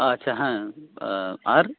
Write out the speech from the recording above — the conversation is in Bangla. আচ্ছা হ্যাঁ আর